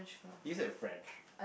is it in French